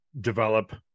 develop